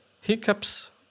hiccups